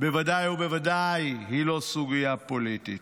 היא בוודאי ובוודאי לא סוגיה פוליטית.